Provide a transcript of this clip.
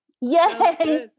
Yay